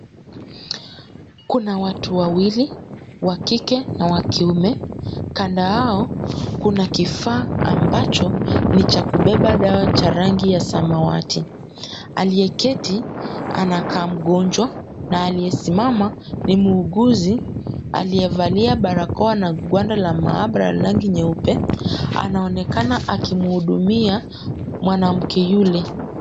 Kuna watu wawili; wa kike na wa kiume. Kando yao kuna kifaa ambacho ni cha kubeba dawa cha rangi ya samawati. Aliyeketi anakaa mgonjwa na aliyesimama ni muuguzi aliyevalia barakoa na gwada la maabara la rangi nyeupe. Anaonekana akimhudumia mwanamke yule.